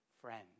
friend